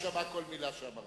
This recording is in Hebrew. הוא שמע כל מלה שאמרת.